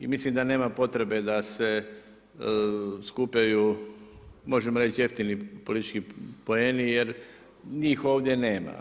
I mislim da nema potrebe da se skupljaju, možemo reći jeftini politički poeni jer njih ovdje nema.